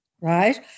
right